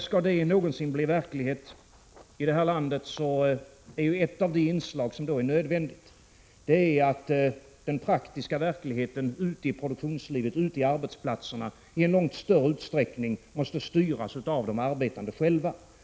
Om den någonsin skall bli verklighet i vårt land är ett av de nödvändiga inslagen att den praktiska verkligheten ute i produktionslivet i långt större utsträckning styrs av de arbetande själva.